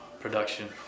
production